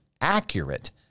accurate